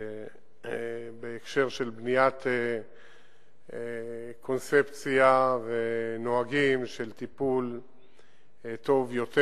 בהקשר של בניית קונספציה ונהגים של טיפול טוב יותר,